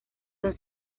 son